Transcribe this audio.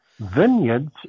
vineyards